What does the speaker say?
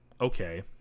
okay